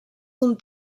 d’un